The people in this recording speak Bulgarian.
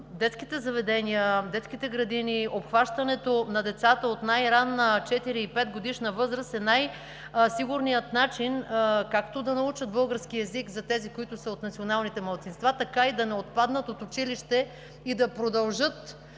детските заведения, детските градини, обхващането на децата от най-ранна – четири- и петгодишна възраст, е най-сигурният начин както да научат български език за тези, които са от националните малцинства, така и да не отпаднат от училище и да продължат